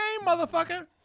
motherfucker